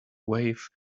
wave